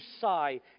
sigh